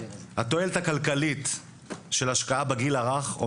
התועלת הכלכלית של השקעה בגיל הרך,